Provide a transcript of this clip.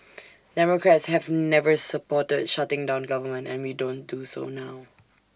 democrats have never supported shutting down government and we don't do so now